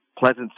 pleasant